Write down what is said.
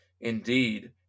indeed